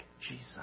Jesus